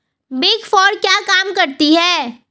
Big four क्या काम करती है?